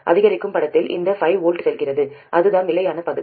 அதிகரிக்கும் படத்தில் இந்த 5 V செல்கிறது அதுதான் நிலையான பகுதி